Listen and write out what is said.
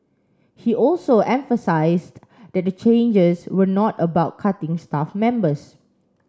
he also emphasised that the changes were not about cutting staff members